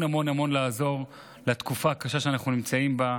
המון בתקופה הקשה שאנחנו נמצאים בה,